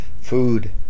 Food